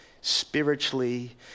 spiritually